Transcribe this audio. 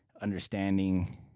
understanding